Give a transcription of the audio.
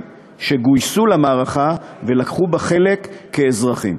שגויסו למערכה ולקחו בה חלק כאזרחים.